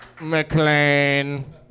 McLean